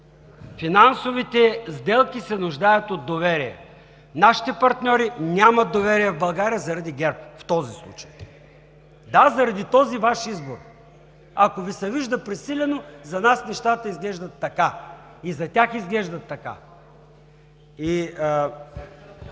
Финансовите сделки се нуждаят от доверие. Нашите партньори нямат доверие в България, заради ГЕРБ в този случай. (Шум и реплики от ГЕРБ.) Да, заради този Ваш избор. Ако Ви се вижда пресилено, за нас нещата изглеждат така, и за тях изглеждат така. Още